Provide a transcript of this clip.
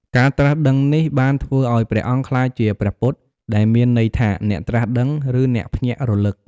ការត្រាស់ដឹងនេះបានធ្វើឱ្យព្រះអង្គក្លាយជា ព្រះពុទ្ធ ដែលមានន័យថា "អ្នកត្រាស់ដឹង" ឬ "អ្នកភ្ញាក់រលឹក"។